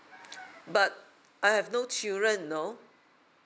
but I have no children you know